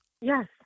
Yes